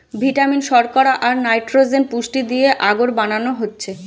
vitamin, শর্করা, আর nitrogen পুষ্টি দিয়ে আগর বানানো হচ্ছে